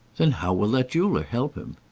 then how will that jeweller help him?